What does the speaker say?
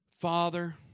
Father